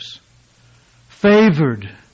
Favored